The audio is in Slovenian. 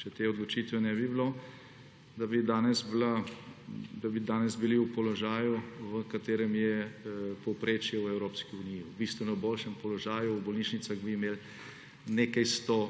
če te odločitve ne bi bilo, da bi bili danes v položaju, v katerem je povprečje v Evropski uniji. Bili bi v bistveno boljšem položaju, v bolnišnicah bi imeli nekaj sto